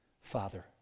Father